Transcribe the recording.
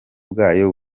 bwayo